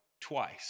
twice